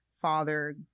father